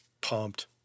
pumped